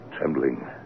trembling